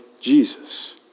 Jesus